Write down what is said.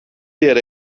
diğer